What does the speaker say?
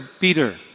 Peter